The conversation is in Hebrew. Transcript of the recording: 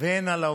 והן על העובדים.